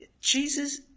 Jesus